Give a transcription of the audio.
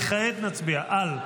וכעת נצביע על?